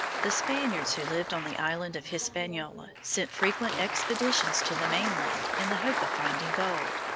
the spaniards who lived on the island of hispaniola sent frequent expeditions to the mainland in the hope of finding gold.